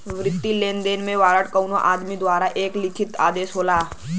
वित्तीय लेनदेन में वारंट कउनो आदमी द्वारा एक लिखित आदेश होला